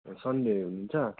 ए Sunday हुनुहुन्छ